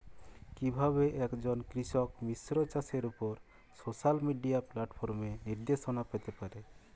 কিভাবে একজন কৃষক মিশ্র চাষের উপর সোশ্যাল মিডিয়া প্ল্যাটফর্মে নির্দেশনা পেতে পারে?